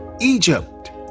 Egypt